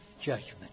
judgment